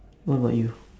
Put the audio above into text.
what about you